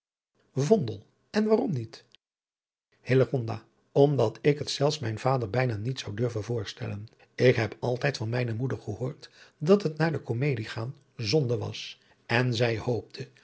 en waarom niet hillegonda omdat ik het zelfs mijn vader bijna niet zou durven voorstellen ik heb altijd van mijne moeder gehoord dat het naar de komedie gaan zonde was en zij hoopte